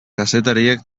kazetariek